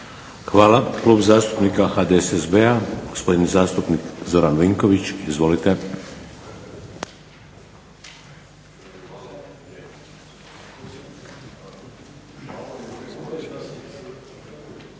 Hvala. Klub zastupnika HDSSB-a, gospodin zastupnik Zoran Vinković. Izvolite.